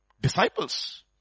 disciples